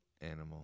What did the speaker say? animal